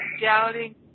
doubting